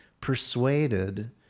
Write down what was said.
persuaded